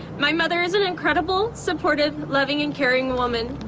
my mother is an incredible, supportive, loving and caring woman.